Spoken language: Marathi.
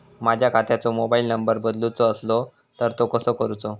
माझ्या खात्याचो मोबाईल नंबर बदलुचो असलो तर तो कसो करूचो?